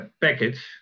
package